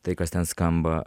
tai kas ten skamba